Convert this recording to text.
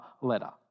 letter